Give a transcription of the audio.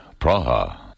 Praha